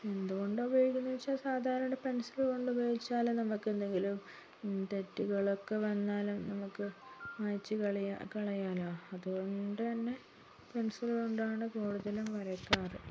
എന്തു കൊണ്ടാണ് ഉപയോഗിക്കുന്നതെന്ന് ചോദിച്ചാൽ സാധാരണ പെൻസിലുകൊണ്ട് ഉപയോഗിച്ചാൽ നമുക്കെന്തെങ്കിലും തെറ്റുകളൊക്കെ വന്നാലും നമുക്ക് മായ്ച്ചു കളയാ കളയാലോ അതുകൊണ്ട് തന്നെ പെൻസിലുകൊണ്ടാണ് കുടുതലും വരയ്കാറ്